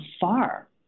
far